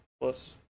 plus